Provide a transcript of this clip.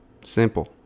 simple